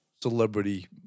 Celebrity